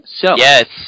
Yes